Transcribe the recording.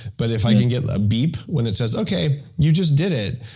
but if i can get a beep when it says, okay, you just did it,